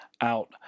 out